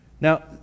Now